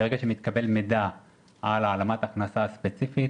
ברגע שמתקבל מידע על העלמת מס ספציפית